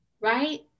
right